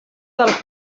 del